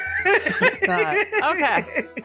Okay